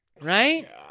Right